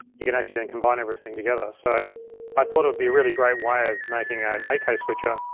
you can actually then combine everything together. so i thought it would be a really great way of making an eight k switcher,